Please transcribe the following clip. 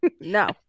No